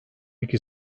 iki